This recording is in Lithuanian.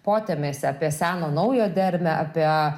potėmėse apie seną naują dermę apie